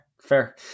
fair